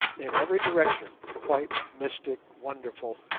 in every direction, white, mystic, wonderful',